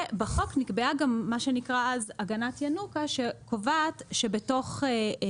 בחוק נקבעה גם מה שנקרא אז "הגנת ינוקא" שקובעת שהחל